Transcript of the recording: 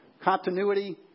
Continuity